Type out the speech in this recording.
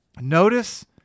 Notice